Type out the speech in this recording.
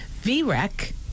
v-rec